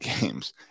games